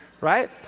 right